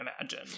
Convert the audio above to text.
imagine